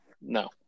No